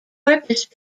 porpoise